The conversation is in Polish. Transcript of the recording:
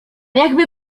niechby